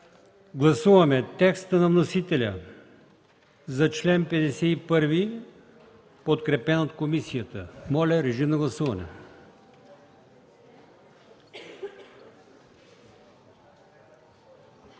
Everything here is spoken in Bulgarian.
Гласуваме текста на вносителя за чл. 51, подкрепен от комисията. Режим на гласуване.